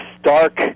stark